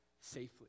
safely